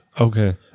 Okay